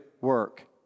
work